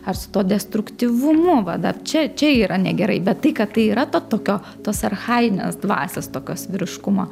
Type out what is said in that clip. ar su tuo destruktyvumu va dar čia čia yra negerai bet tai kad tai yra to tokio tos archajinės dvasios tokios vyriškumo